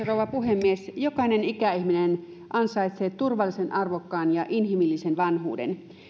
rouva puhemies jokainen ikäihminen ansaitsee turvallisen arvokkaan ja inhimillisen vanhuuden